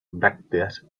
brácteas